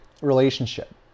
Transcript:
relationship